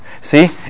See